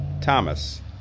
Thomas